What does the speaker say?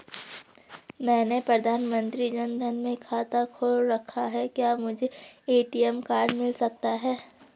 मैंने प्रधानमंत्री जन धन में खाता खोल रखा है क्या मुझे ए.टी.एम कार्ड मिल सकता है?